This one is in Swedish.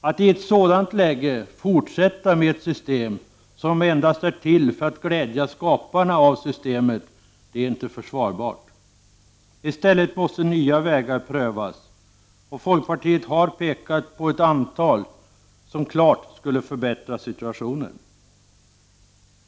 Att ett sådant läge fortsätta med ett system som endast är till för att glädja skaparna av systemet är inte försvarbart. I stället måste nya vägar prövas. Vi i folkpartiet har pekat på ett antal lösningar som klart skulle förbättra situationen.